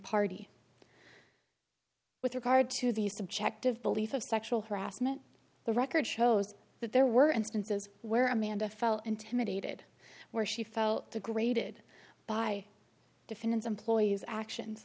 party with regard to the subjective belief of sexual harassment the record shows that there were instances where amanda fell intimidated where she felt degraded by diffidence employees actions